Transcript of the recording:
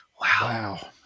Wow